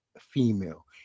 female